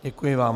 Děkuji vám.